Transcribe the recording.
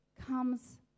comes